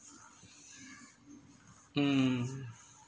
mm